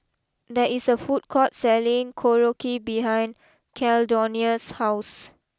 there is a food court selling Korokke behind Caldonia's house